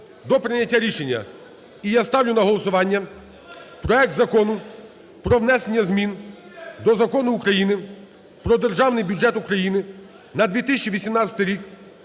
до прийняття рішення. І я ставлю на голосування проект Закону про внесення змін до Закону України "Про Державний бюджет України на 2018 рік"